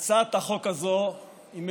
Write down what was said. הצעת החוק הזאת מגוחכת,